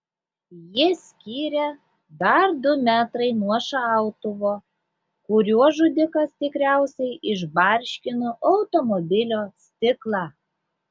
jį skyrė dar du metrai nuo šautuvo kuriuo žudikas tikriausiai išbarškino automobilio stiklą